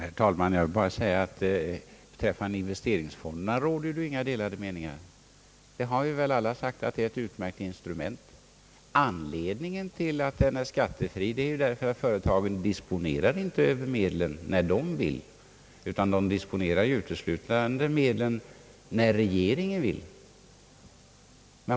Herr talman! Jag vill bara säga att beträffande investeringsfonderna råder det inga delade meningar. Vi har alla sagt att dessa utgör ett utmärkt instrument. Anledningen till att fondmedlen är skattefria är att företagen inte dis Ang. arbetsmarknadspolitiken ponerar över dem när de själva vill utan uteslutande när regeringen vill.